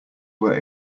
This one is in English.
were